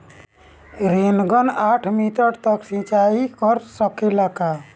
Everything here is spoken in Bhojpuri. रेनगन साठ मिटर तक सिचाई कर सकेला का?